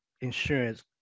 insurance